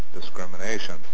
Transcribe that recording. discrimination